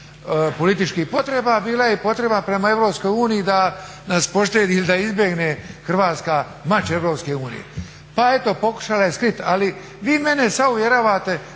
unutarpolitičkih potreba bila je i potreba prema EU da nas poštedi ili da izbjegne Hrvatska mač EU. Pa eto pokušala je skriti. Ali vi mene sad uvjeravate